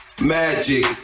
magic